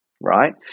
Right